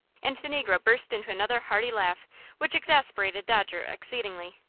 and the negro burst into another hearty laugh which exasperated dodger exceedingly.